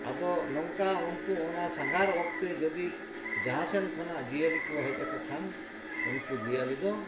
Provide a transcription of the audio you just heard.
ᱟᱫᱚ ᱱᱚᱝᱠᱟ ᱩᱱᱠᱩ ᱚᱱᱟ ᱥᱟᱸᱜᱷᱟᱨ ᱚᱠᱛᱮ ᱡᱩᱫᱤ ᱡᱟᱦᱟᱸᱥᱮᱱ ᱠᱷᱚᱱᱟᱜ ᱡᱤᱭᱟᱹᱞᱤ ᱠᱚ ᱦᱮᱡ ᱟᱠᱚ ᱠᱷᱟᱱ ᱩᱱᱠᱩ ᱡᱤᱭᱟᱹᱞᱤ ᱫᱚ